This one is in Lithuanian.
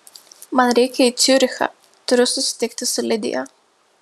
man reikia į ciurichą turiu susitikti su lidija